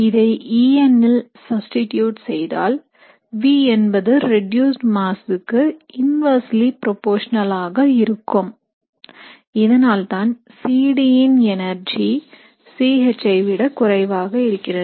இதை en ல் substitute செய்தால் v என்பது reduced mass க்கு இன்வேர்செலி ப்ரொபஷனலாக இருக்கும் இதனால்தான் C D ன் எனர்ஜி C H ஐ விட குறைவாக இருக்கிறது